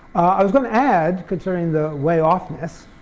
i was going to add concerning the way offness,